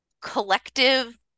collective